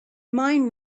mind